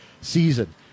season